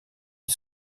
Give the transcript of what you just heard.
est